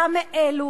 אתה מאלו,